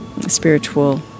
spiritual